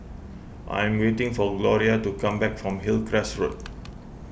I am waiting for Gloria to come back from Hillcrest Road